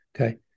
okay